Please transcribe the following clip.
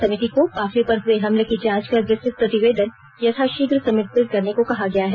समिति को काफिले पर हुए हमले की जांच कर विस्तृत प्रतिवेदन यथाशीघ्र समर्पित करने को कहा गया है